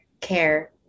care